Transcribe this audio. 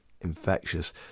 infectious